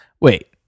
Wait